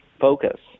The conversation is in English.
focus